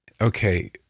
Okay